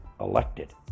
elected